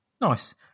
Nice